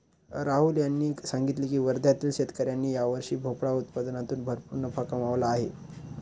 राहुल यांनी सांगितले की वर्ध्यातील शेतकऱ्यांनी यावर्षी भोपळा उत्पादनातून भरपूर नफा कमावला आहे